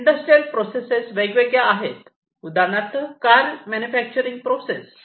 industrial process वेगवेगळ्या आहेत उदाहरणार्थ कार मॅन्युफॅक्चरिंग प्रोसेस